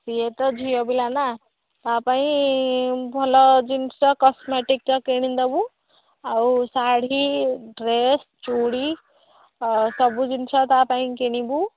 ସିଏ ତ ଝିଅ ପିଲା ନା ତା ପାଇଁ ଭଲ ଜିନିଷ କସ୍ମେଟିକ୍ ତ କିଣିଦବୁ ଆଉ ଶାଢୀ ଡ୍ରେସ୍ ଚୁଡ଼ି ସବୁ ଜିନିଷ ତା ପାଇଁ କିଣିବୁ